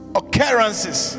occurrences